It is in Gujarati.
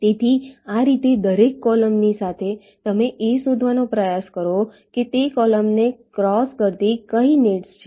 તેથી આ રીતે દરેક કૉલમની સાથે તમે એ શોધવાનો પ્રયાસ કરો કે તે કોલમને ક્રોસ કરતી કઈ નેટ્સ છે